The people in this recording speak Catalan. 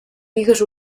bigues